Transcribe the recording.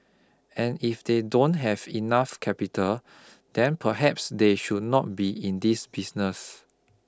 and if they don't have enough capital then perhaps they should not be in this business